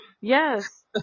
Yes